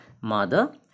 mother